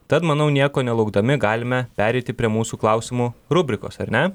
tad manau nieko nelaukdami galime pereiti prie mūsų klausimų rubrikos ar ne